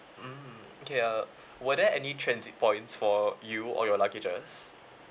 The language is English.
mm okay uh were there any transit points for you or your luggages